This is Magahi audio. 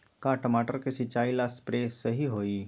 का टमाटर के सिचाई ला सप्रे सही होई?